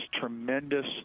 tremendous